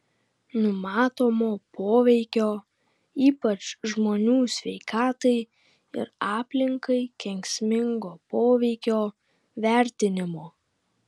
numatomo poveikio ypač žmonių sveikatai ir aplinkai kenksmingo poveikio vertinimo